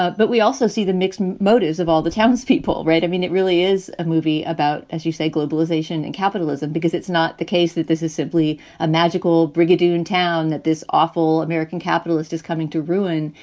but we also see the mixed motives of all the townspeople. right. i mean, it really is a movie about, as you say, globalization and capitalism, because it's not the case that this is simply a magical brigadoon town that this awful american capitalist is coming to ruin.